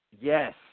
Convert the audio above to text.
Yes